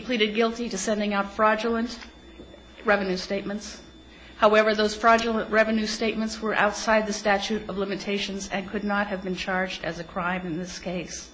pleaded guilty to sending out fraudulent revenue statements however those fraudulent revenue statements were outside the statute of limitations and could not have been charged as a crime in this case